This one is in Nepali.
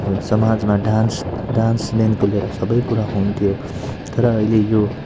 त्यो समाजमा डान्स डान्सदेखिको लिएर सबै कुरा हुन्थ्यो तर अहिले यो